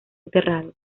enterrado